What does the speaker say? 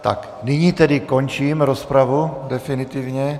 Tak nyní tedy končím rozpravu definitivně.